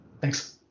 Thanks